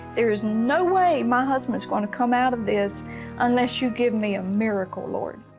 there is no way my husband is going to come out of this unless you give me a miracle, lord.